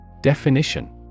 Definition